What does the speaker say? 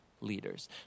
leaders